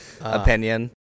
Opinion